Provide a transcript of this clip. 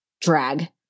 drag